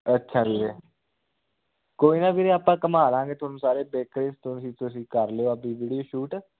ਅੱਛਾ ਵੀਰੇ ਕੋਈ ਨਾ ਵੀਰੇ ਆਪਾਂ ਘੁੰਮਾ ਦਾਂਗੇ ਤੁਹਾਨੂੰ ਸਾਰੇ ਬੇਕਰਸ ਤੋਂ ਹੀ ਤੁਸੀਂ ਕਰ ਲਿਓ ਆਪਣੀ ਵੀਡੀਓ ਸ਼ੂਟ